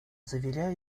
заверяю